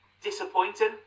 Disappointing